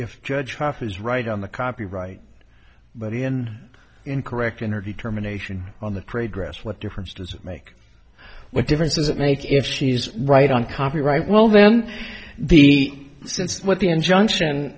if judge hof is right on the copyright but in incorrect in her determination on the trade dress what difference does it make what difference does it make if she is right on copyright well then the sense of what the injunction